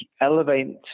elevate